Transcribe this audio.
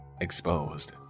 exposed